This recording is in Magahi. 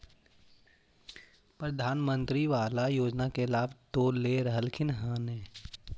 प्रधानमंत्री बाला योजना के लाभ तो ले रहल्खिन ह न?